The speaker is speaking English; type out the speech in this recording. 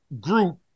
group